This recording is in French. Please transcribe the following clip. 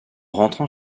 rentrant